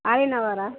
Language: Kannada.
ಹಾಲಿನವರಾ